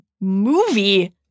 movie